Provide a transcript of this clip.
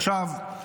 עכשיו,